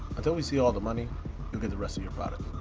until we see all the money, you'll get the rest of your product.